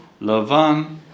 Lavan